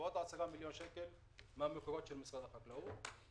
ועוד 10 מיליון שקל מהמקורות של משרד החקלאות.